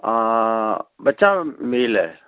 ਬੱਚਾ ਮੇਲ ਹੈ